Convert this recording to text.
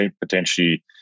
potentially